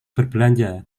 berbelanja